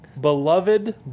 beloved